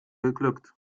geglückt